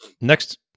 Next